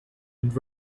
and